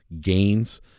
gains